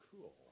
cool